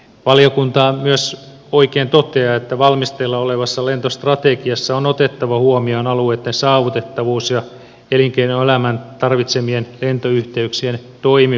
valiokunta myös oikein toteaa että valmisteilla olevassa lentostrategiassa on otettava huomioon alueitten saavutettavuus ja elinkeinoelämän tarvitsemien lentoyhteyksien toimivuus